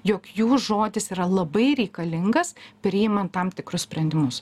jog jų žodis yra labai reikalingas priimant tam tikrus sprendimus